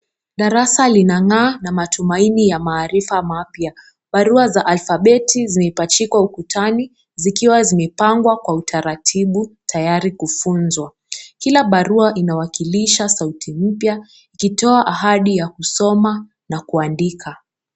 Darasa linang'aa na matumaini ya maarifa mapya barua za alfabeti zimepachikwa ukutani zikiwa zimepangwa kwa utaratibu tayari kufunzwa, kila barua inawakilisha sauti mpya ikitoa ahadi ya kusoma na kuandika.